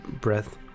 breath